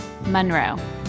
Monroe